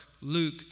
Luke